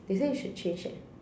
they say you should change eh